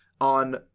on